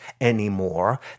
anymore